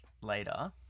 later